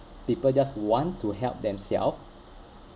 people just want to help themselves